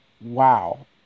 wow